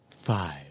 five